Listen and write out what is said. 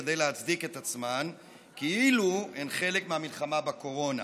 כדי להצדיק את עצמן כאילו הן חלק מהמלחמה בקורונה.